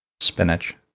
Spinach